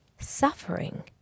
Suffering